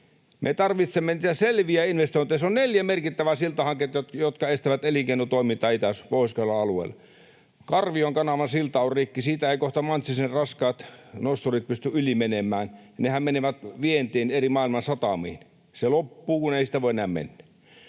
Me tarvitsemme niitä selviä investointeja. Siellä on neljä merkittävää siltahanketta, jotka estävät elinkeinotoimintaa Pohjois-Karjalan alueella. Karvion kanavan silta on rikki. Siitä eivät kohta Mantsisen raskaat nosturit pysty yli menemään, ja nehän menevät vientiin maailman eri satamiin. Se loppuu, kun ei siitä voi enää mennä.